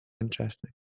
interesting